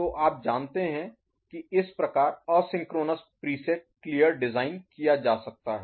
तो आप जानते हैं की इस प्रकार असिंक्रोनोस प्रीसेट क्लियर डिज़ाइन किया जा सकता है